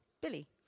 Billy